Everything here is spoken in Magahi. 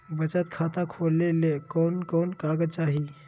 बचत खाता खोले ले कोन कोन कागज चाही?